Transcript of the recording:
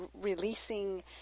releasing